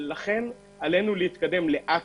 לכן עלינו להתקדם לאט